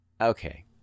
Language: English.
Okay